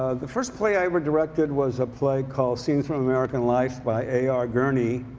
ah the first play i ever directed was a play called scenes from american life by a r. gurney.